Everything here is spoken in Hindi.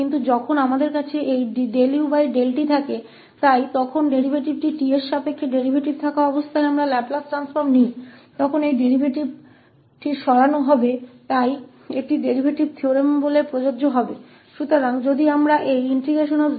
लेकिन जब हमारे पास यह utहै तो अब डेरीवेटिव t के संबंध में है और t के संबंध में यह डेरीवेटिव होने पर जब हम लाप्लास ट्रांसफॉर्म लेते हैं तो वह डेरीवेटिव हटा दिया जाएगा इसलिए यह एक डेरीवेटिव थ्योरम की तरह है जो अब लागू होगा